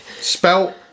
Spelt